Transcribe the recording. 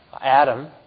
Adam